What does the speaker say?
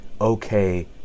okay